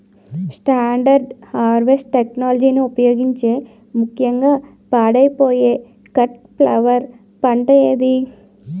Standard harvest టెక్నాలజీని ఉపయోగించే ముక్యంగా పాడైపోయే కట్ ఫ్లవర్ పంట ఏది?